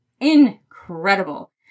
incredible